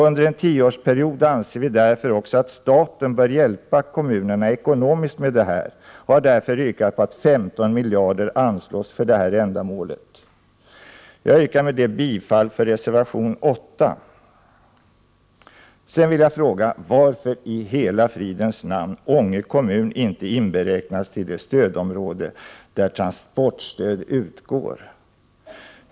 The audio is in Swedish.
Under en tioårsperiod anser vi därför också att staten bör hjälpa kommunerna ekonomiskt med detta och har yrkat på att 15 miljarder anslås för detta Sedan vill jag fråga varför i hela fridens namn Ånge kommun inte är 12 april 1989 inräknad i det stödområde där transportstöd utgår.